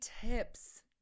tips